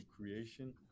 creation